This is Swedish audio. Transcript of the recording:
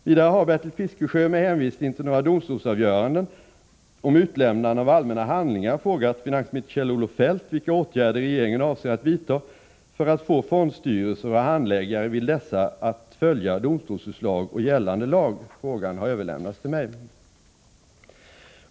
Vidare har Bertil Fiskesjö med hänvisning till några domstolsavgöranden om utlämnande av allmänna handlingar frågat finansminister Kjell-Olof Feldt vilka åtgärder regeringen avser att vidta för att få fondstyrelser och handläggare vid dessa att följa domstolsutslag och gällande lag. Frågan har överlämnats till mig.